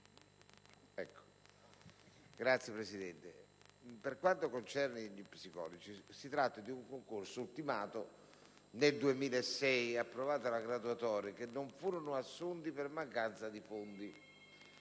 Signora Presidente, per quanto concerne gli psicologi, si tratta di un concorso ultimato nel 2006: fu approvata la graduatoria, ma i vincitori non furono assunti per mancanza di fondi.